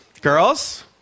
Girls